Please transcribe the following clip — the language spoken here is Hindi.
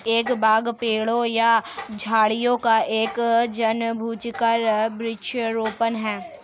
एक बाग पेड़ों या झाड़ियों का एक जानबूझकर वृक्षारोपण है